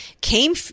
came